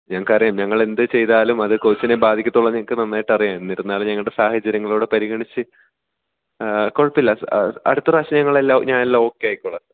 ഞങ്ങൾക്കറിയാം ഞങ്ങളെന്തു ചെയ്താലും അത് കൊച്ചിനെ ബാധിക്കത്തുള്ളൂ എന്ന് ഞങ്ങൾക്ക് നന്നായിട്ടറിയാം എന്നിരുന്നാലും ഞങ്ങളുടെ സാഹചര്യങ്ങളുടെ പരിഗണിച്ചു ങാ കുഴപ്പമില്ല സർ അടുത്ത പ്രാവശ്യം ഞങ്ങളെല്ലാം ഞാൻ എല്ലാം ഓക്കെ ആയിക്കോളാം